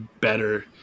better